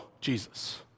Jesus